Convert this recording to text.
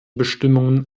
bestimmungen